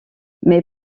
mes